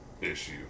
issue